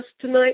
tonight